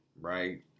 right